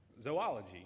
zoology